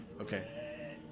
Okay